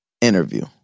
interview